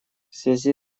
связи